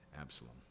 Absalom